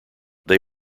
they